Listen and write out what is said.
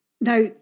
Now